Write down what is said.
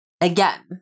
again